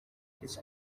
his